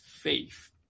Faith